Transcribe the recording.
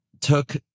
took